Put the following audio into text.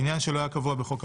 עניין שלא היה קבוע בחוק המימון.